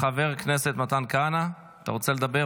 חבר הכנסת מתן כהנא, אתה רוצה לדבר?